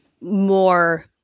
more